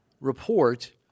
report